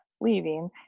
leaving